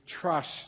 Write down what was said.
trust